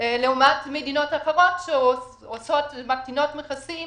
לעומת מדינות אחרות שמקטינות מכסים